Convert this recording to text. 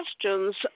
questions